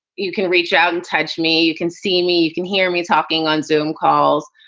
you can reach out and touch me. you can see me. you can hear me talking on zoome calls.